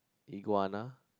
iguana